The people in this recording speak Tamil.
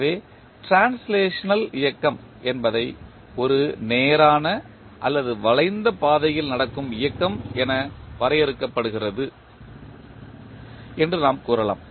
எனவே டிரான்ஸ்லேஷனல் இயக்கம் என்பதை ஒரு நேரான அல்லது வளைந்த பாதையில் நடக்கும் இயக்கம் என வரையறுக்கப்படுகிறது என்று நாம் கூறலாம்